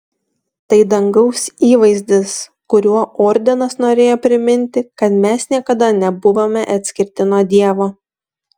tai dangaus įvaizdis kuriuo ordinas norėjo priminti kad mes niekada nebuvome atskirti nuo dievo